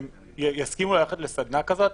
האם הם יסכימו ללכת לסדנה כזאת?